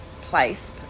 place